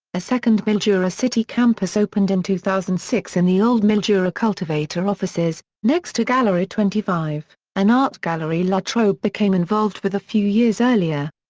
a second mildura city campus opened in two thousand and six in the old mildura cultivator offices, next to gallery twenty five, an art gallery la trobe became involved with a few years earlier.